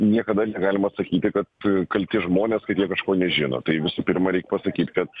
niekada galima sakyti kad kalti žmonės kad jie kažko nežino tai visų pirma reik pasakyt kad